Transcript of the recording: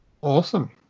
Awesome